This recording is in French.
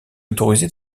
autorisé